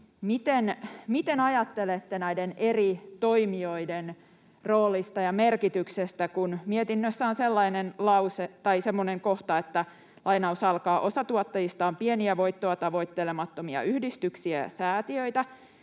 miten ajattelette näiden eri toimijoiden roolista ja merkityksestä? Mietinnössä on sellainen lause tai semmoinen kohta kuin: ”Osa tuottajista on pieniä, voittoa tavoittelemattomia yhdistyksiä ja säätiöitä.